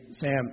Sam